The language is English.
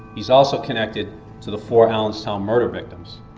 he's also connected to the four allenstown murder victims.